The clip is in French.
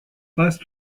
passe